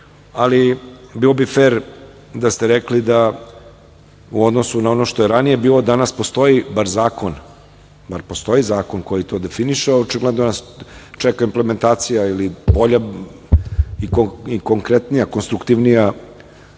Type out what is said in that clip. ali bilo bi fer da ste rekli da, u odnosu na ono što je ranije bilo, danas postoji bar zakon koji to definiše, ali očigledno nas čeka implementacija ili bolja i konkretnija, konstruktivnija